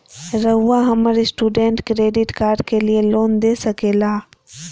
रहुआ हमरा student credit card के लिए लोन दे सके ला?